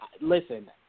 listen